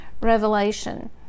revelation